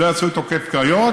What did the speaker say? שלא יעשו את עוקף הקריות?